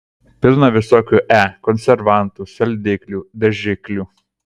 pilna visokių e konservantų saldiklių dažiklių